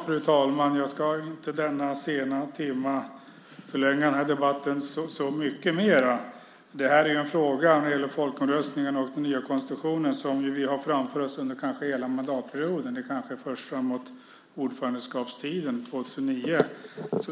Fru talman! Jag ska inte i denna sena timme förlänga debatten så mycket mer. Frågan om folkomröstning och den nya konstitutionen är en fråga som vi har framför oss kanske under hela mandatperioden. Det kanske är först fram mot ordförandeskapstiden, 2009,